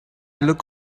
look